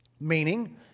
meaning